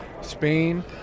spain